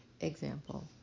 example